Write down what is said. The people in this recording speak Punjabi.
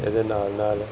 ਇਹਦੇ ਨਾਲ ਨਾਲ